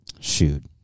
shoot